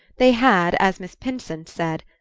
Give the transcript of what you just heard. they had, as miss pinsent said,